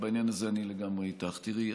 ובעניין הזה אני לגמרי איתך: תראי,